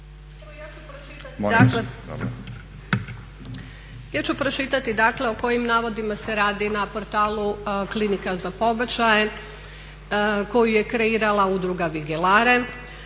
Ja ću pročitati dakle o kojim navodi se radi na portalu klinika za pobačaje koju je kreirala Udruga vigelare.